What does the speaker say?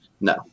No